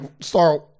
start